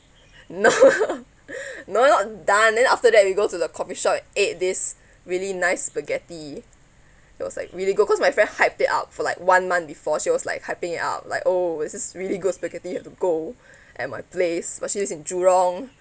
no no not done then after that we go to the coffee shop and ate this really nice spaghetti it was like really good cause my friend hyped it up for like one month before she was like hyping it up like oh there's this really good spaghetti you have to go at my place but she lives in jurong